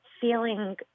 feeling